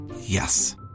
yes